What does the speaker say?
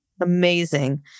Amazing